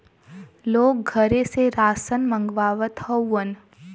लोग घरे से रासन मंगवावत हउवन